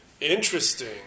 Interesting